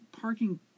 parking